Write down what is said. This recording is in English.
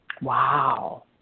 Wow